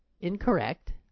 incorrect